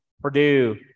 Purdue